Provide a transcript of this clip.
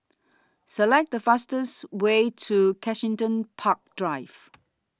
Select The fastest Way to Kensington Park Drive